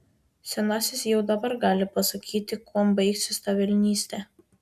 senasis jau dabar gali pasakyti kuom baigsis ta velnystė